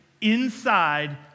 inside